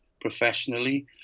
professionally